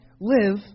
live